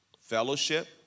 fellowship